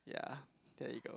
yeah there you go